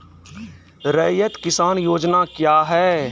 रैयत किसान योजना क्या हैं?